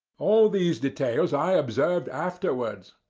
all these details i observed afterwards.